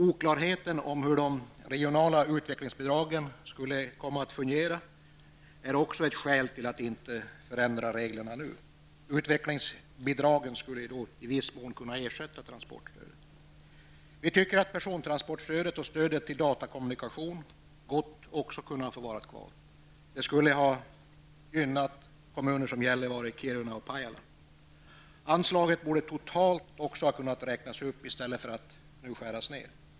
Oklarheter om hur de regionala utvecklingsbidragen skulle komma att fungera är också ett skäl till att inte förändra reglerna nu. Utvecklingsbidragen skulle i viss mån kunna ersätta transportstödet. Vi tycker att också persontransportstödet och stödet till datakommunikation gott kunde ha fått vara kvar. Det hade gynnat kommuner såsom Gällivare, Kiruna och Pajala. Anslaget borde också totalt ha kunnat räknas upp i stället för att som nu skäras ned.